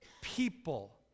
people